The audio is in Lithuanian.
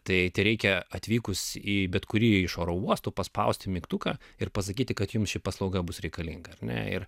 tai tereikia atvykus į bet kurį iš oro uostų paspausti mygtuką ir pasakyti kad jums ši paslauga bus reikalinga ir ne ir